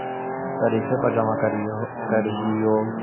तरिखवे पर जमा करहिओ?